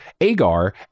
Agar